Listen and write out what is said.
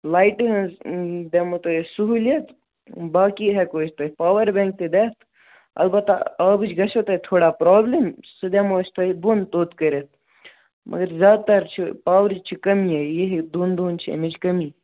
لایٹہِ ہٕنٛز دِمو تۅہہِ أسۍ سہوٗلِیت باقٕے ہٮ۪کو أسۍ تۅہہِ پاور بینٛک دِتھ البتہٕ آبٕچ گَژھوٕ تۅہہِ تھوڑا پرٛابلِم سُہ دِمہو تۅہہِ أسۍ بۅنہٕ توٚت کٔرِتھ مگر زیادٕ تر چھِ پاورٕچ چھِ کٔمی یِہَے دۅن دۄہَن چھِ اَمِچ کٔمی